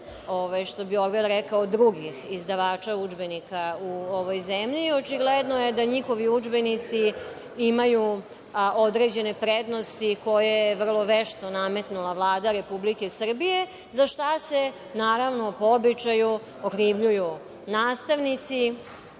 što bi ovde rekao, drugih izdavača udžbenika u ovoj zemlji. Očigledno je da njihovi udžbenici imaju određene prednosti koje je vrlo vešto nametnula Vlada Republike Srbije, za šta se naravno po običaju okrivljuju nastavnici,